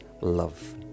love